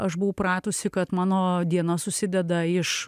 aš buvau pratusi kad mano diena susideda iš